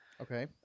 Okay